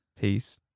peace